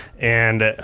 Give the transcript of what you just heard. and